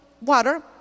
water